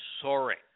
soaring